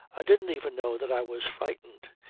i didn't even know that i was frightened.